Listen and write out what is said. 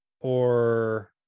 or-